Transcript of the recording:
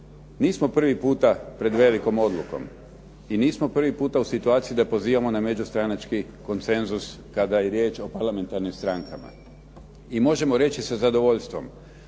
Nismo prvi puta pred velikom odlukom i nismo prvi puta u situaciji da pozivamo na međustranački konsenzus kada je riječ o parlamentarnim strankama. I možemo reći sa zadovoljstvom